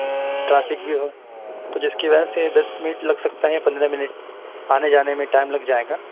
traffic بھی ہے تو جس کی وجہ سے دس منٹ لگ سکتا ہے یا پندرہ منٹ آنے جانے میں ٹائم لگ جائے گا